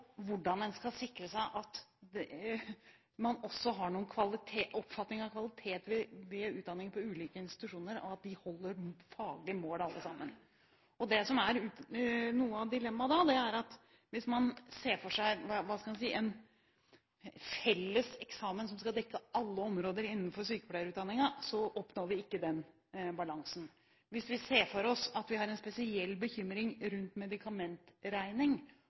sikre seg at man også har oppfatninger om kvalitet ved utdanningene på ulike institusjoner, og at de alle holder faglige mål. Hvis man da ser for seg en felles eksamen som skal dekke alle områder innenfor sykepleierutdanningen, er dilemmaet at vi ikke oppnår den balansen. Hvis vi ser for oss at vi har en spesiell bekymring rundt medikamentregning,